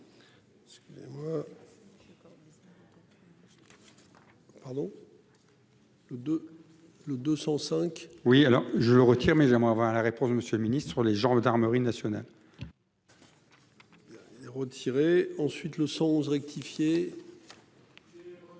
le 205. Oui, alors je le retire mais j'aimerais avoir la réponse Monsieur le Ministre les gendarmerie nationale. Et retirer ensuite le sens rectifié.